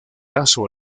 lazo